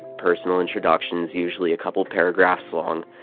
personal introductions usually a couple paragraphs long.